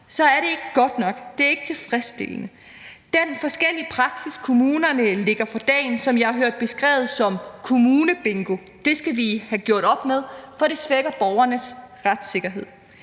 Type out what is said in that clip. så er det ikke godt nok. Det er ikke tilfredsstillende. Den forskellige praksis, kommunerne lægger for dagen, som jeg har hørt beskrevet som kommunebingo, skal vi have gjort op med, for det svækker borgernes retssikkerhed.